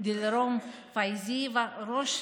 דילרום פייזבה, ראש